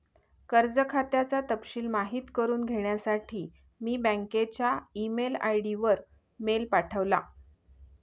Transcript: कर्ज खात्याचा तपशिल माहित करुन घेण्यासाठी मी बँकच्या ई मेल आय.डी वर मेल पाठवला